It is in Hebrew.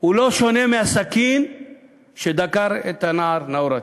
הוא לא שונה מהסכין שדקר את הנער נאור אטיאס.